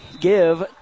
give